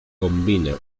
combina